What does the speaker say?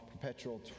perpetual